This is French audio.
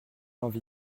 envie